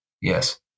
Yes